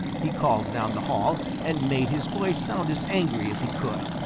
he called down the hall, and made his voice sound as angry as he could.